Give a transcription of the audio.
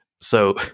So-